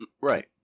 Right